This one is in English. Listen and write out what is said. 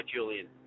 Julian